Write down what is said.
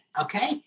okay